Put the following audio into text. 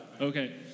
Okay